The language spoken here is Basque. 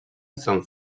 izan